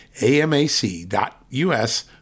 AMAC.US